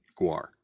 guar